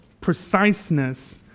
preciseness